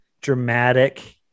dramatic